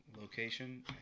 location